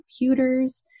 computers